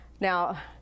Now